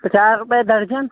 पचास रुपये दर्जन